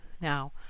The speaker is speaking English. now